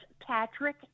Patrick